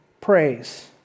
praise